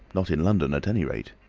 not in london at any rate.